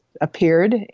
appeared